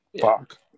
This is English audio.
Fuck